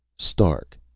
stark,